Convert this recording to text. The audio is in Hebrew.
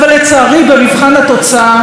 אבל לצערי במבחן התוצאה,